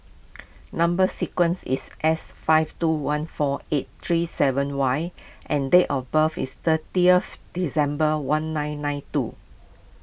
Number Sequence is S five two one four eight three seven Y and date of birth is thirtieth December one nine nine two